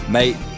Mate